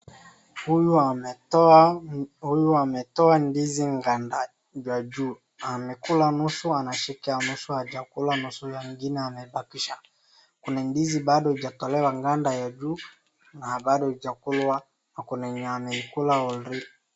Huyu ametoa ndizi ganda ya juu. Amekula nusu anashika nusu. Hajakula nusu hiyo ingine ameibakisha. Kuna ndizi bado haijatolewa ganda ya juu na bado haijakulwa na kuna yenye anaikula already .